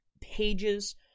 pages